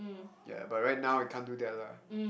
ya but right now I can't do that lah